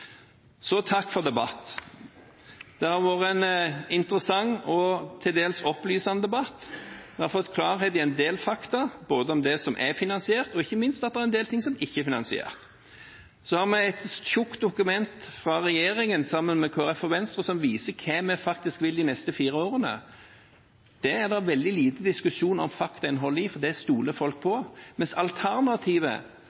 Så er vi litt uenige om tidshorisontene, og derfor er det bra når Arbeiderpartiet i Stortinget sier de ikke er enig i virkelighetsbeskrivelsen til Arbeiderpartiet i Oslo. Da klarer vi å gå samlet videre om dette, og det er bra. Takk for debatten, det har vært en interessant og til dels opplysende debatt. Jeg har fått klarhet i en del fakta, både om det som er finansiert, og ikke minst at en del ting ikke er finansiert. Vi har et tykt dokument fra regjeringen, sammen med